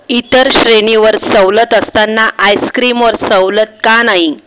इतर श्रेणीवर सवलत असताना आईसक्रीमवर सवलत का नाही